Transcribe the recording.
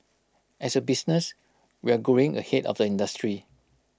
as A business we're growing ahead of the industry